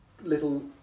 little